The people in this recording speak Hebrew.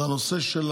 זה הנושא של